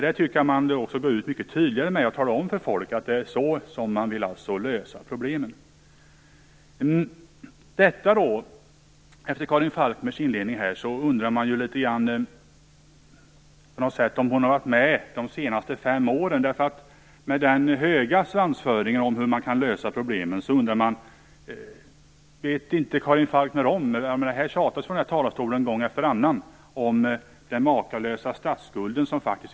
Jag tycker att partierna borde gå ut mycket tydligare med detta, och tala om för folk att det är så man vill lösa problemen. Efter Karin Falkmers inledning undrar man litet grand om hon har varit med under de senaste fem åren. Med denna höga svansföring om hur problemen kan lösas undrar man: Känner inte Karin Falkmer till den makalösa statsskuld som faktiskt finns kvar? Den tjatas det ju om från den här talarstolen gång efter annan.